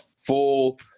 full